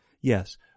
Yes